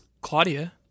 Claudia